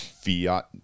fiat